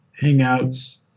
Hangouts